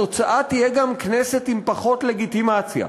התוצאה תהיה גם כנסת עם פחות לגיטימציה.